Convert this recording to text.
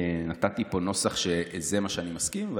נתתי פה נוסח שזה מה שאני מסכים לו,